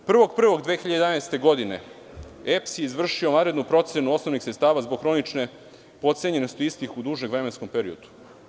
Dana 1. 01. 2011. godine EPS je izvršio vanrednu procenu osnovnih sredstava zbog hronične potcenjenosti istih u dužem vremenskom periodu.